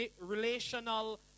relational